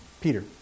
Peter